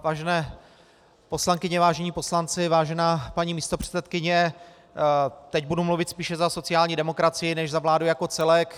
Vážené poslankyně, vážení poslanci, vážená paní místopředsedkyně, teď budu mluvit spíše za sociální demokracii než za vládu jako celek.